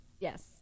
Yes